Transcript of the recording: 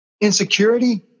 insecurity